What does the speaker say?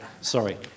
sorry